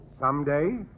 Someday